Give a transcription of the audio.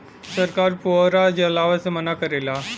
सरकार पुअरा जरावे से मना करेला